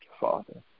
Father